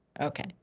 Okay